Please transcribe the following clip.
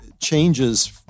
changes